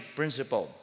principle